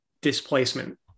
displacement